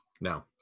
no